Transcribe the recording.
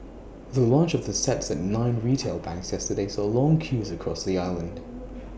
the launch of the sets at nine retail banks yesterday saw long queues across the island